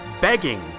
begging